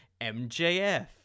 MJF